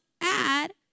add